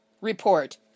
report